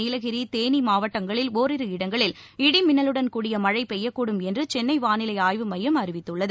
நீலகிரி தேனிமாட்டங்களில் ஓரிரு இடங்களில் இடி மின்னலுடன் கூடிய மழைபெய்யக்கூடும் என்றுசென்னைவானிலைஆய்வு மையம் அறிவித்துள்ளது